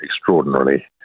extraordinarily